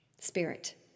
spirit